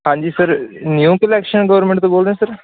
ਹਾਂਜੀ sir new collection garment ਤੋਂ ਬੋਲਦੇ ਸਰ